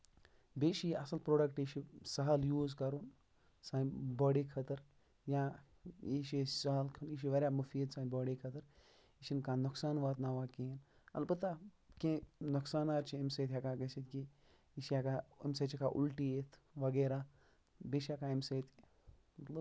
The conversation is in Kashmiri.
بیٚیہ چھُ یہِ اَصٕل پروڈکٹ یہِ چھُ سہل یوٗز کَرُن سانہِ باڑی خٲطرٕ یا یہِ چھُ اَسہِ سہل کھٮ۪وٚن یہِ چھُ واریاہ مُفیٖد سانہِ باڑی خٲطرٕ یہِ چھُنہٕ کانٛہہ نۄقصان واتناوان کِہینۍ اَلبتہ کینٛہہ نۄقصانات چھِ اَمہِ سۭتۍ ہیٚکان گٔژھِتھ کہِ یہِ چھُ ہیٚکان اَمہِ سۭتۍ چھِ ہیٚکان اُلٹی یِتھ وغیرہ بیٚیہِ چھِ ہیٚکان اَمہِ سۭتۍ مطلب